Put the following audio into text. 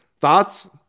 Thoughts